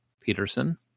Peterson